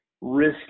risk